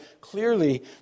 clearly